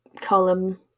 column